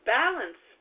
balance